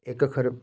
इक अक्खर